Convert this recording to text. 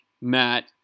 Matt